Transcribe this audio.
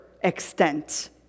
extent